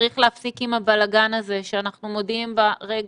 צריך להפסיק עם הבלגן הזה שאנחנו מודיעים ברגע